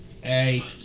Hey